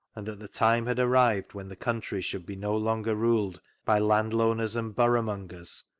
and that the time had arrived when the country should be no longer ruled by landowners and borough mongers,